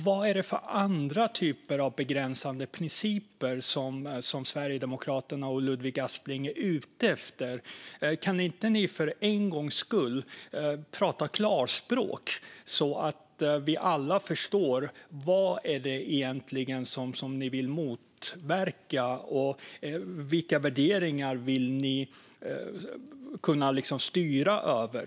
Vad är det för andra typer av begränsande principer som Sverigedemokraterna och Ludvig Aspling är ute efter? Kan inte ni för en gångs skull prata klarspråk så att vi alla förstår vad det egentligen är som ni vill motverka och vilka värderingar ni vill kunna styra över?